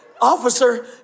Officer